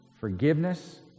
Forgiveness